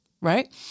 Right